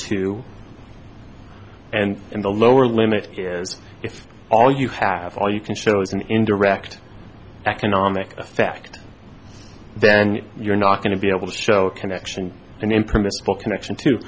to and in the lower limit is if all you have all you can show is an indirect economic effect then you're not going to be able to show a connection an impermissible connection too